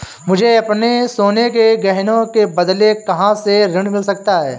मुझे अपने सोने के गहनों के बदले कहां से ऋण मिल सकता है?